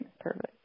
Perfect